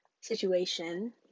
situation